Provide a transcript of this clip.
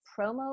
promo